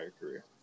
career